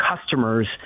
customers